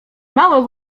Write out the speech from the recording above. mało